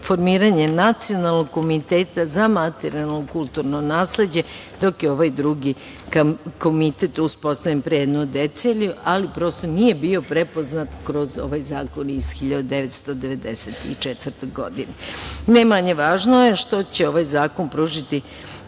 formiranje Nacionalnog komiteta za materijalno kulturno nasleđe, dok je ovaj drugi Komitet uspostavljen pre deceniju, ali prosto nije bio prepoznat kroz ovaj Zakon iz 1994. godine. Ne manje važno je što će ovaj zakon pružiti